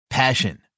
Passion